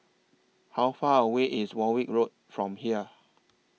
How Far away IS Warwick Road from here